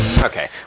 Okay